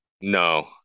No